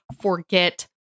forget